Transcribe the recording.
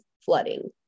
flooding